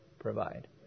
provide